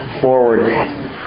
forward